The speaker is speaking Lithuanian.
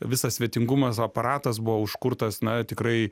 visas svetingumas aparatas buvo užkurtas na tikrai